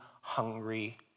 hungry